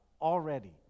already